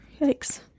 Yikes